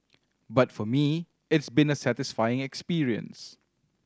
but for me it's been a satisfying experience